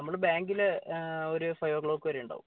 നമ്മൾ ബാങ്കിൽ ഒരു ഫൈവ് ഒ ക്ലോക്ക് വരെയുണ്ടാവും